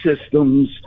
systems